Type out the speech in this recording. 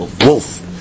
wolf